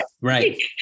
right